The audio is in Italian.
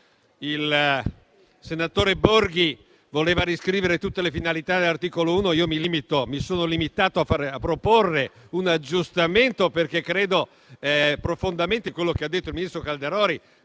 il senatore Borghi voleva riscrivere tutte le finalità dell'articolo 1. Io mi sono limitato a proporre un aggiustamento, perché credo profondamente in quello che ha detto il ministro Calderoli: